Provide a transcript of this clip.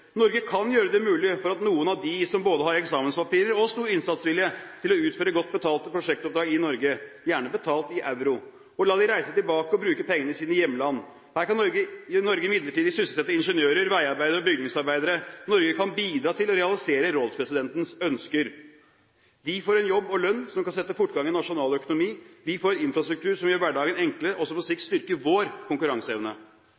Norge kan gjøre det mulig for noen av dem som har både eksamenspapirer og stor innsatsvilje, å utføre godt betalte prosjektoppdrag i Norge, gjerne betalt i euro. Og la dem reise tilbake og bruke pengene i sine hjemland. Her kan Norge midlertidig sysselsette ingeniører, veiarbeidere og bygningsarbeidere. Norge kan bidra til å realisere rådspresidentens ønsker. De får en jobb og lønn som kan sette fortgang i nasjonal økonomi, vi får infrastruktur som gjør hverdagen enklere, og som på